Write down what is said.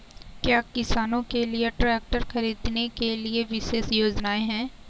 क्या किसानों के लिए ट्रैक्टर खरीदने के लिए विशेष योजनाएं हैं?